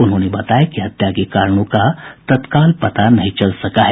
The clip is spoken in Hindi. उन्होंने बताया कि हत्या के कारणों का तत्काल पता नहीं चल सका है